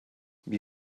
wie